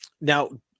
Now